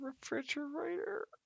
refrigerator